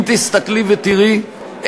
אם תסתכלי ותראי,